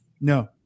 No